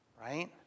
right